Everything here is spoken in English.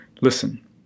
Listen